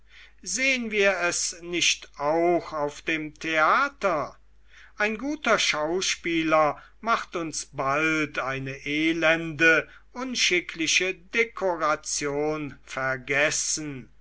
sehn wir es nicht auch auf dem theater ein guter schauspieler macht uns bald eine elende unschickliche dekoration vergessen